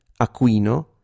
Aquino